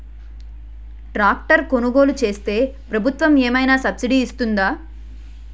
Tractor కొనుగోలు చేస్తే ప్రభుత్వం ఏమైనా సబ్సిడీ ఇస్తుందా?